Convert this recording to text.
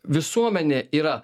visuomenė yra